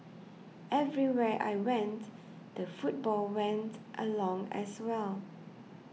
everywhere I went the football went along as well